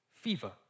Fever